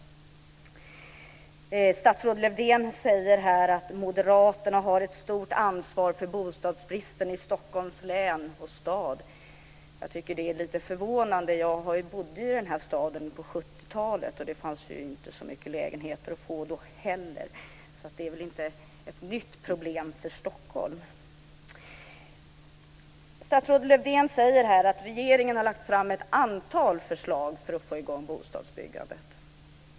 Statsrådet Lövdén säger att Moderaterna har ett stort ansvar för bostadsbristen i Stockholms län och Stockholms stad. Jag tycker att det är förvånande. Jag bodde i den här staden på 70-talet. Inte heller då fanns det så många lediga lägenheter. Så det är väl inte ett nytt problem för Stockholm. Statsrådet Lövdén säger att regeringen har lagt fram ett antal förslag för att få i gång bostadsbyggandet.